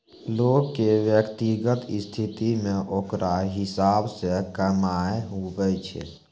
लोग के व्यक्तिगत स्थिति मे ओकरा हिसाब से कमाय हुवै छै